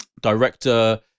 Director